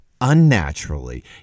unnaturally